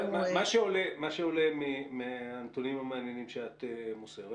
מה שעולה מהנתונים המעניינים שאת מוסרת,